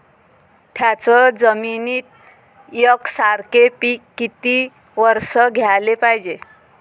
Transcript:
थ्याच जमिनीत यकसारखे पिकं किती वरसं घ्याले पायजे?